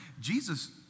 Jesus